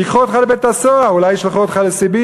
ייקחו אותך לבית-הסוהר, אולי ישלחו אותך לסיביר.